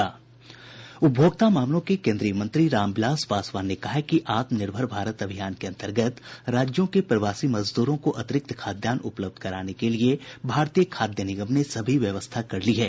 उपभोक्ता मामलों के केन्द्रीय मंत्री रामविलास पासवान ने कहा है कि आत्मनिर्भर भारत अभियान के अंतर्गत राज्यों के प्रवासी मजदूरों को अतिरिक्त खाद्यान्न उपलब्ध कराने के लिए भारतीय खाद्य निगम ने सभी व्यवस्था कर ली है